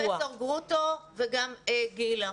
הייתי מבקשת, פרופסור גרוטו וגם גילה,